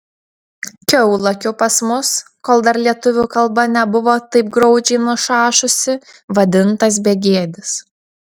kiaulakiu pas mus kol dar lietuvių kalba nebuvo taip graudžiai nušašusi vadintas begėdis